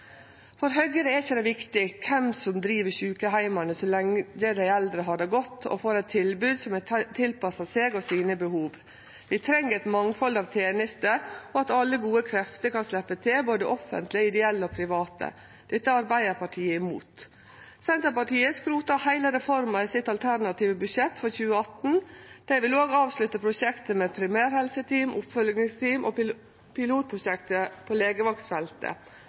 For Høgre er det ikkje viktig kven som driv sjukeheimane, så lenge dei eldre har det godt og får eit tilbod som er tilpassa dei og deira behov. Vi treng eit mangfald av tenester og at alle gode krefter kan sleppe til – både offentlege, ideelle og private. Dette er Arbeidarpartiet imot. Senterpartiet skrota heile reforma i sitt alternative budsjett for 2018. Dei vil også avslutte prosjektet med primærhelseteam, oppfølgingsteam og pilotprosjektet på legevaktsfeltet,